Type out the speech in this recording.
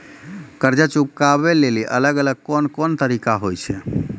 कर्जा चुकाबै लेली अलग अलग कोन कोन तरिका होय छै?